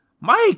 Mike